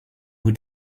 who